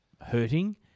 hurting